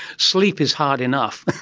sleep is hard enough.